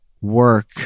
work